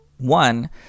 one